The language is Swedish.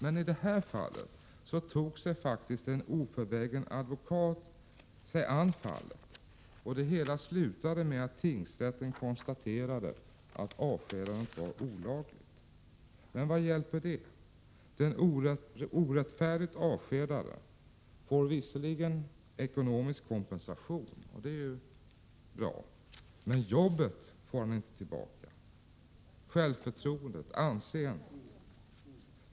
Men i det här fallet tog en oförvägen advokat sig an fallet, och det hela slutade med att tingsrätten konstaterade att avskedandet var olagligt. Men vad hjälper det? Den orättfärdigt avskedade får visserligen ekonomisk kompensation — och det är ju bra — men jobbet får han inte tillbaka, inte heller självförtroendet, anseendet.